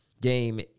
game